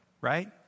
Right